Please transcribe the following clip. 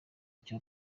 icyo